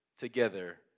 together